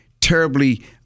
terribly